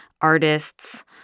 artists